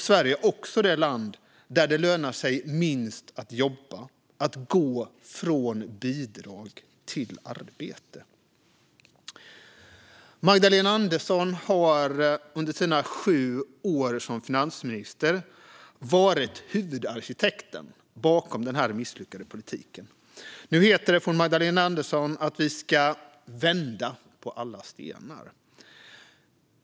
Sverige är också det land där det lönar sig minst att jobba, att gå från bidrag till arbete. Magdalena Andersson har under sina sju år som finansminister varit huvudarkitekten bakom den misslyckade politiken. Nu heter det från Magdalena Andersson att vi ska vända på alla stenar.